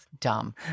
Dumb